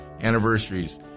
anniversaries